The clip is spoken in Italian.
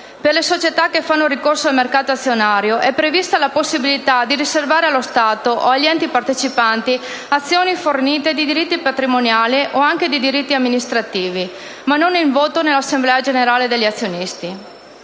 Per le società che fanno ricorso al mercato azionario è prevista infine la possibilità di riservare allo Stato o agli enti partecipanti azioni fornite di diritti patrimoniali, o anche di diritti amministrativi, ma non il voto nell'assemblea generale degli azionisti.